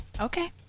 Okay